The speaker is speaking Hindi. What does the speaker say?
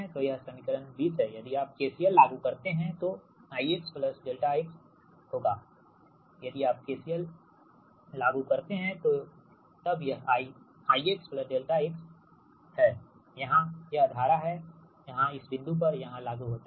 तो यह समीकरण 20 है यदि आप KCL लागू करते हैं तो I x∆x होगा यदि आप KCL लागू करते हैं तो तब यह I I x ∆x हैयह यहां धारा हैयहां इस बिंदु पर यहां लागू होता है